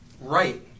right